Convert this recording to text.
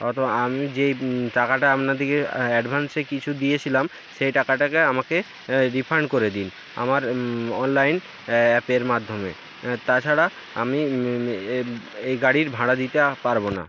আমি যেই টাকাটা আপনাদেরকে অ্যাডভান্সে কিছু দিয়েছিলাম সেই টাকাটাকে আমাকে রিফাণ্ড করে দিন আমার অনলাইন অ্যাপের মাধ্যমে তাছাড়া আমি এ এই গাড়ির ভাড়া দিতে পারব না